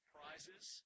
prizes